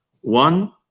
One